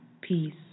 Peace